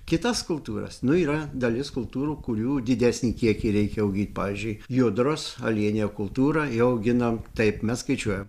kitas kultūras nu yra dalis kultūrų kurių didesnį kiekį reikia augint pavyzdžiui judros aliejinę kultūrą jau auginam taip mes skaičiuojam